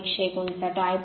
159 आहे